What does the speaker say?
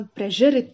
pressure